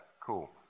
Cool